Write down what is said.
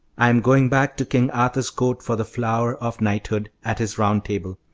i am going back to king arthur's court for the flower of knighthood at his round table.